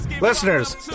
Listeners